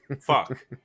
Fuck